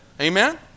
Amen